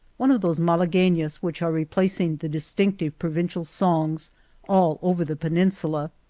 one of those malaguenas which are replacing the distinctive provin cial songs all over the peninsula.